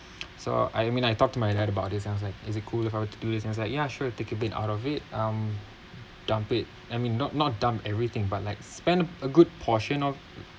so I mean I talk to my dad about it sounds like is it cool if I were to do and he's like sure take a bit out of it um dump it I mean not not dump everything but like spend a good portion of